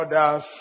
others